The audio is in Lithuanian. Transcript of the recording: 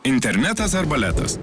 internetas ar baletas